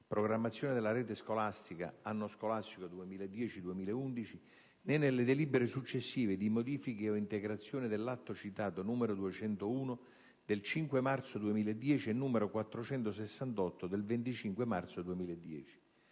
«Programmazione della rete scolastica. Anno scolastico 2010-2011») né nelle delibere successive di modifica e/o integrazione degli atti n. 201 del 5 marzo 2010 e n. 468 del 25 marzo 2010.